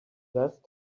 last